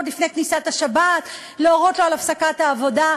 לפני כניסת השבת להורות לו על הפסקת העבודה.